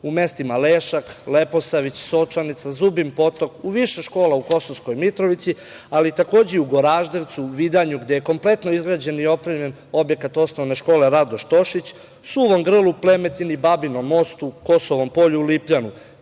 u mestima Lešak, Leposavić, Sočanica, Zubin Potok, u više škola u Kosovskoj Mitrovici, ali takođe i Goraždevcu, Vidanju, gde je kompletno izgrađen i opremljen objekat osnovne škole „Radoš Tošić“, Suvom Grlu, Plemetini, Babinom Mostu, Kosovom Polju, Lipljanu,